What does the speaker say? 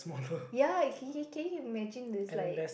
ya you~ can you can you imagine this like